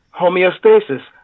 homeostasis